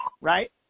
right